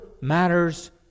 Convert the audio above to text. matters